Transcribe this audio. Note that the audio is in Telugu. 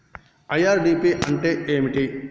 ఐ.ఆర్.డి.పి అంటే ఏమిటి?